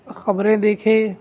خبریں دیکھے